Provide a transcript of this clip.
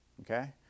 okay